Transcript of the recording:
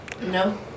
No